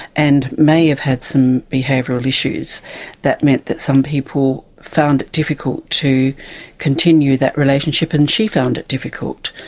and may have had some behavioural issues that meant that some people found it difficult to continue that relationship, and she found it difficult.